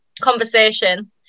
conversation